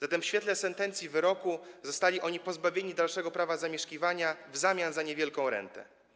Zatem w świetle sentencji wyroku zostali oni pozbawieni dalszego prawa zamieszkiwania w zamian za niewielką rentę.